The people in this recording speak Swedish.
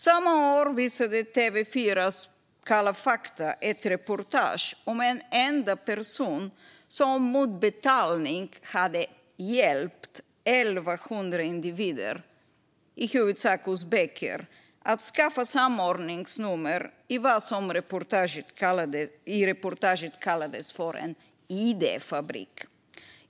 Samma år visade TV4:s Kalla fakta ett reportage om en enda person som mot betalning hade hjälpt 1 100 individer, i huvudsak uzbeker, att skaffa samordningsnummer i vad som i reportaget kallades för en id-fabrik.